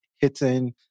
hitting